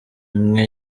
imwe